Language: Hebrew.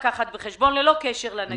בחשבון גם ללא קשר לנגיף.